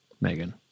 Megan